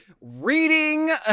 reading